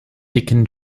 dicken